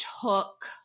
took